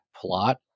plot